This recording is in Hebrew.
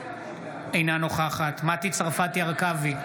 אינה נוכחת מטי צרפתי הרכבי,